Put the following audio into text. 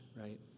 right